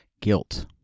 Guilt